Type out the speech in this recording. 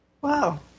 Wow